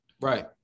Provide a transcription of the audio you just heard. Right